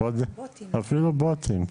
אפילו בוטים.